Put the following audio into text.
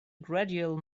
gradual